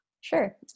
Sure